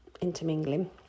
intermingling